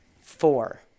four